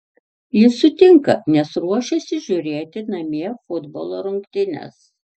jis sutinka nes ruošiasi žiūrėti namie futbolo rungtynes